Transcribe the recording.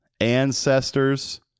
ancestors